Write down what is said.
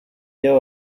iyo